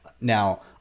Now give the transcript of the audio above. Now